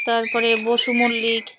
তারপরে বসু মল্লিক